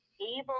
Evil